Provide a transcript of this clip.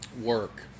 work